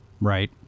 Right